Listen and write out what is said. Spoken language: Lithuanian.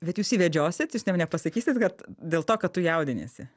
bet jūs jį vedžiosit jūs nem nepasakysit kad dėl to kad tu jaudiniesi